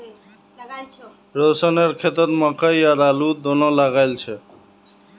रोशनेर खेतत मकई और आलू दोनो लगइल छ